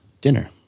Dinner